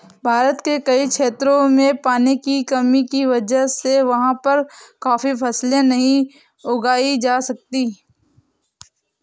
भारत के कई क्षेत्रों में पानी की कमी की वजह से वहाँ पर काफी फसलें नहीं उगाई जा सकती